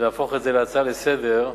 להפוך אותה להצעה לסדר-היום,